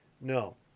no